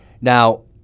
Now